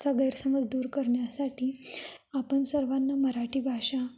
चा गैरसमज दूर करण्यासाठी आपण सर्वांना मराठी भाषा